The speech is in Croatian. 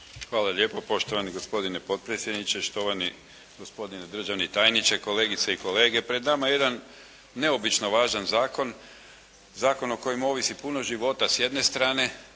Hvala lijepo. Poštovani gospodine potpredsjedniče, štovani gospodine državni tajniče, kolegice i kolege. Pred nama je jedan neobično važan zakon, zakon o kojem ovisi puno života s jedne strane,